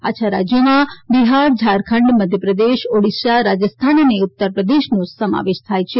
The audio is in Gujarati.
આ છ રાજયોમાં બિહાર ઝારખંડ મધ્યપ્રદેશ ઓડિશા રાજસ્થાન અને ઉત્તરપ્રદેશનો સમાવેશ થાય છે